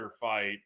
fight